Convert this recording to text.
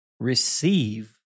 Receive